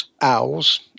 owls